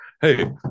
hey